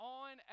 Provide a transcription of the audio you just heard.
on